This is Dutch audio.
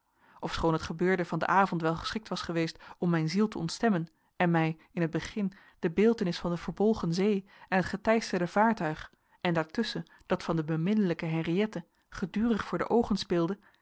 ofschoon het gebeurde van den avond wel geschikt was geweest om mijn ziel te ontstemmen en mij in het begin de beeltenis van de verbolgen zee en het geteisterde vaartuig en daartusschen dat van de beminnelijke henriëtte gedurig voor de oogen speelden